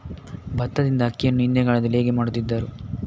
ಭತ್ತದಿಂದ ಅಕ್ಕಿಯನ್ನು ಹಿಂದಿನ ಕಾಲದಲ್ಲಿ ಹೇಗೆ ಮಾಡುತಿದ್ದರು?